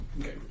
Okay